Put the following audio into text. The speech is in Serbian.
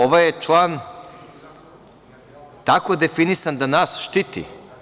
Ovo je član tako definisan da nas štiti.